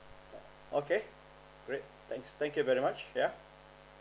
okay great thanks thank you very much yeah